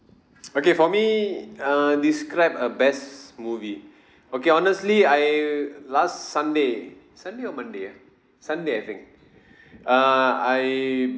okay for me err describe a best movie okay honestly I last sunday sunday or monday ah sunday I think uh I